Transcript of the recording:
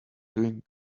doing